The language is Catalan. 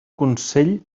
consell